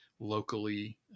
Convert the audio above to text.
locally